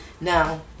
Now